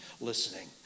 listening